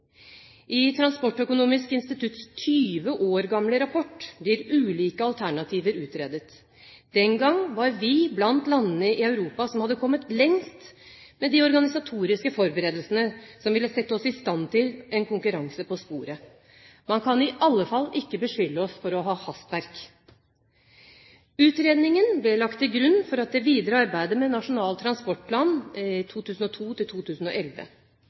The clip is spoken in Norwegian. I Transportøkonomisk institutts 20 år gamle rapport blir ulike alternativer utredet. Den gang var vi blant landene i Europa som hadde kommet lengst med de organisatoriske forberedelsene som ville sette oss i stand til en konkurranse på sporet. Man kan i alle fall ikke beskylde oss for hastverk. Utredningen ble lagt til grunn for det videre arbeidet med Nasjonal transportplan 2002–2011. Nå skriver vi altså 2011,